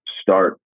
start